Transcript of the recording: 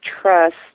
trust